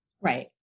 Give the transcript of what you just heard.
Right